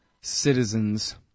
citizens